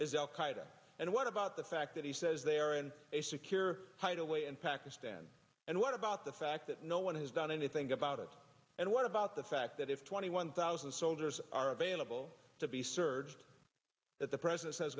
qaeda and what about the fact that he says they are in a secure hideaway in pakistan and what about the fact that no one has done anything about it and what about the fact that if twenty one thousand soldiers are available to be searched that the president has